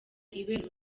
ibera